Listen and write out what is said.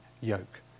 yoke